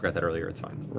but that earlier it's fine.